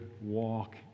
walk